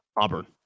Auburn